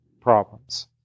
problems